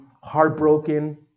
heartbroken